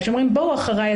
כשאומרים "בואו אחריי",